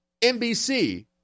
NBC